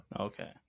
okay